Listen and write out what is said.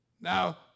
Now